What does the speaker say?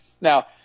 Now